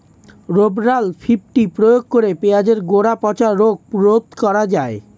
Rovral fifty প্রয়োগ করে পেঁয়াজের গোড়া পচা রোগ রোধ করা যায়?